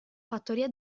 fattoria